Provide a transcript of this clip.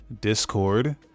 discord